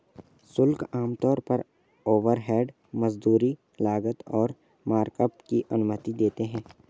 शुल्क आमतौर पर ओवरहेड, मजदूरी, लागत और मार्कअप की अनुमति देते हैं